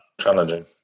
challenging